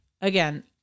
Again